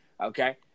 Okay